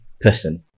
person